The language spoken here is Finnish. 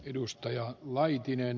edustaja on laitinen